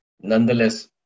nonetheless